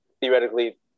theoretically